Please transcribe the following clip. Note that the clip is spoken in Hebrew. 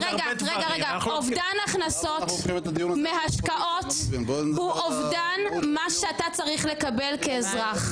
שאובדן הכנסות מהשקעות הוא אובדן מה שאתה צריך לקבל כאזרח.